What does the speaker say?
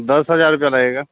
दस हज़ार का रहेगा